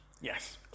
Yes